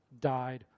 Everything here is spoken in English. died